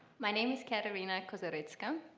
my name is kateryna kozyrytska.